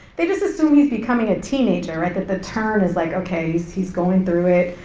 they just assume he's becoming a teenager, right, that the turn is like, okay, he's going through it,